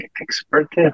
expert